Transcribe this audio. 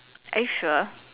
are you sure